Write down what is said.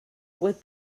with